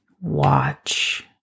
Watch